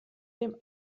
dem